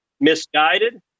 misguided